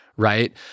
Right